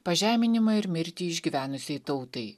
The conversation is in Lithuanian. pažeminimą ir mirtį išgyvenusiai tautai